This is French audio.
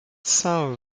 cent